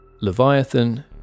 Leviathan